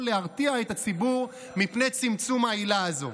להרתיע את הציבור מפני צמצום העילה הזו.